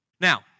Now